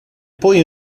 poi